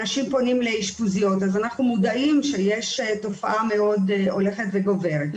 אנשים פונים לאשפוזיות אז אנחנו מודעים שיש תופעה מאוד הולכת וגוברת.